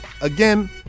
again